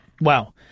Wow